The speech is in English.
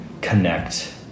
connect